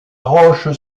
roche